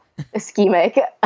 Ischemic